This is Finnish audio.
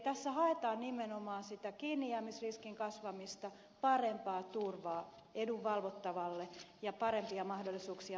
tässä haetaan nimenomaan sitä kiinnijäämisriskin kasvamista parempaa turvaa edunvalvottavalle ja parempia mahdollisuuksia maistraattien toimia